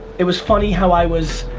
it was funny how i was,